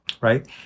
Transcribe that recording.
right